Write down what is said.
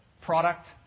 Product